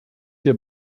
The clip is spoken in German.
wir